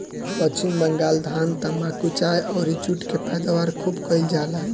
पश्चिम बंगाल धान, तम्बाकू, चाय अउरी जुट के पैदावार खूब कईल जाला